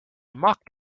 mocked